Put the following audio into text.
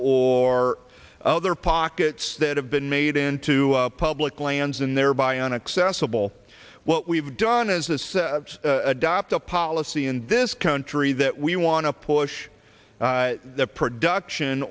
or other pockets that have been made into public lands and thereby unaccessible what we've done is this adopt a policy in this country that we want to push the production